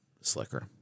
slicker